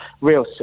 real